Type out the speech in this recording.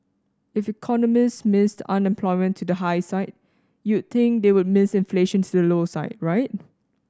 if economists missed unemployment to the high side you'd think they would miss inflation to the low side right